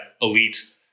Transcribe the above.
elite